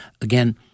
again